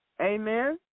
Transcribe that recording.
Amen